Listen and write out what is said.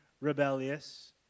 rebellious